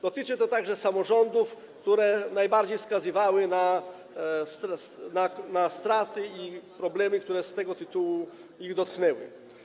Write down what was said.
Dotyczy to także samorządów, które najbardziej wskazywały na straty i problemy, które z tego tytułu je dotknęły.